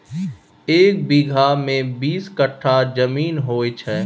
एक बीगहा मे बीस कट्ठा जमीन होइ छै